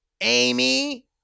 Amy